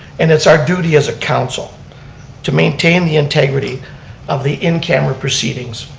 and it's our duty as a council to maintain the integrity of the in camera proceedings.